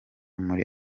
muri